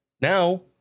Now